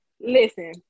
Listen